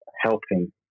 helping